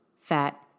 fat